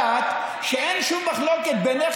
את בוודאי יודעת שאין שום מחלוקת בינך